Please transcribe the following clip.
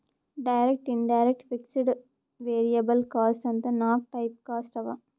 direct, indirect, fixed, variable cost ಅಂತ್ ನಾಕ್ type cost ಅವಾ